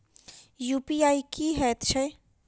UPI की हएत छई?